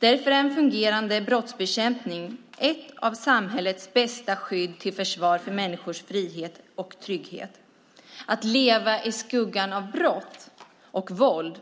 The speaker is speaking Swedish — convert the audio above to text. Därför är en fungerande brottsbekämpning ett av samhällets bästa skydd till försvar för människors frihet och trygghet. Att leva i skuggan av brott och våld